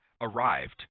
arrived